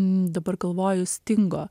dabar galvoju stingo